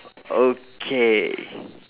okay